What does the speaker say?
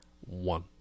one